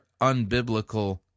unbiblical